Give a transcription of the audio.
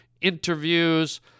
interviews